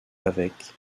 avec